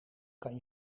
kan